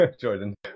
jordan